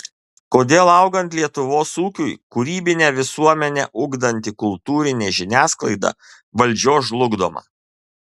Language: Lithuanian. kodėl augant lietuvos ūkiui kūrybinę visuomenę ugdanti kultūrinė žiniasklaida valdžios žlugdoma